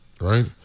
right